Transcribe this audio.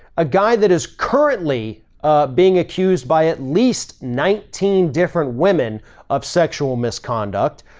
a guy that is currently being accused by at least nineteen different women of sexual misconduct.